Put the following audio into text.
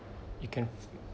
you can